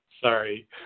Sorry